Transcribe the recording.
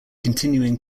continuing